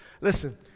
listen